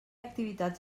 activitats